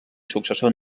successor